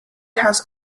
has